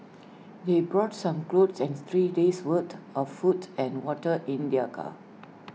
they brought some clothes and three days' worth of food and water in their car